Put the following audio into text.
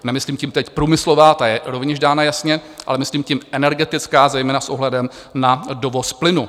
Nemyslím tím teď průmyslová, ta je rovněž dána jasně, ale myslím tím energetická, zejména s ohledem na dovoz plynu.